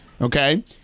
okay